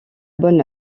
bonne